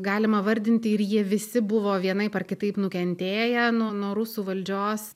galima vardinti ir jie visi buvo vienaip ar kitaip nukentėję nuo nuo rusų valdžios